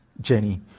Jenny